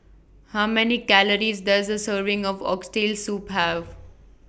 How Many Calories Does A Serving of Oxtail Soup Have